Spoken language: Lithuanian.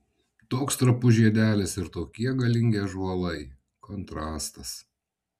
toks trapus žiedelis ir tokie galingi ąžuolai kontrastas